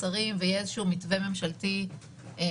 שרים ויהיה איזשהו מתווה ממשלתי מוסכם.